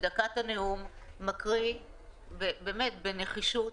בדקת הנאום מקריא בנחישות